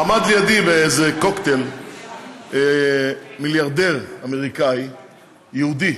עמד לידי באיזה קוקטייל מיליארדר אמריקני יהודי,